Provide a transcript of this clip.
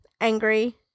angry